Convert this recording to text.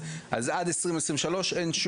אז עד 2023 כרגע,